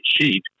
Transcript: sheet